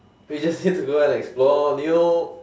we just need to go out and explore new